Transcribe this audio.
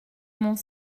mont